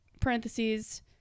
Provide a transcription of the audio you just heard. parentheses